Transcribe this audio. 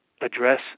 address